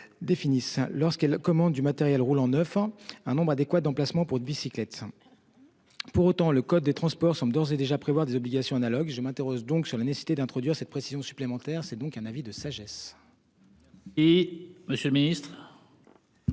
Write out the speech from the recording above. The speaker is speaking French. Définit lorsqu'elle comment du matériel roulant, 9 ans, un nombre adéquat d'emplacement pour bicyclette. Pour autant, le code des transports sont d'ores et déjà prévoir des obligations analogue. Je m'interroge donc sur la nécessité d'introduire cette précision supplémentaire. C'est donc un avis de sagesse.